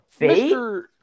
Mr